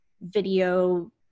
video